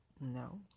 No